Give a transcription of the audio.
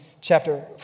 chapter